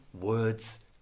words